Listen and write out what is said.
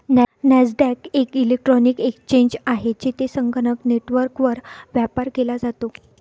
Nasdaq एक electronic exchange आहे, जेथे संगणक नेटवर्कवर व्यापार केला जातो